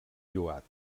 lloat